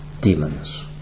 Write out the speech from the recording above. demons